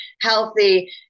healthy